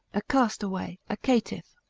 a castaway, a caitiff,